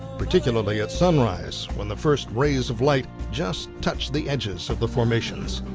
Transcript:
particularly at sunrise when the first rays of light just touch the edges of the formations.